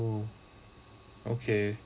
oh okay